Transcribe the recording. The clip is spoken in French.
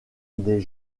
des